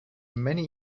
many